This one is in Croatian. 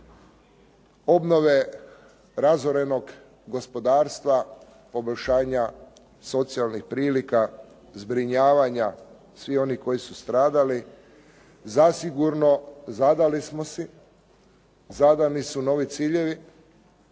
obnove razorenog gospodarstva, poboljšanja socijalnih prilika, zbrinjavanja svih onih koji su stradali zasigurno zadali smo si, zadani su novi ciljevi